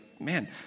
man